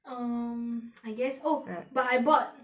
um I guess oh right but I bought